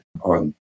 on